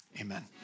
Amen